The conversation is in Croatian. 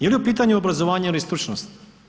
Je li u pitanju obrazovanje ili stručnost?